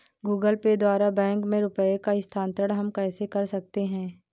Google Pay द्वारा bank में रुपयों का स्थानांतरण हम कैसे कर सकते हैं?